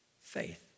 faith